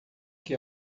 que